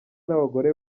n’abagore